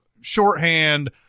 shorthand